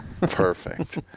Perfect